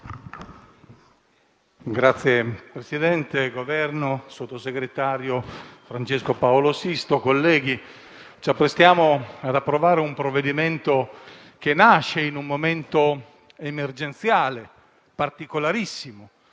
Signor Presidente, onorevole sottosegretario Sisto, colleghi, ci apprestiamo ad approvare un provvedimento che nasce in un momento emergenziale particolarissimo.